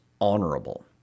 honorable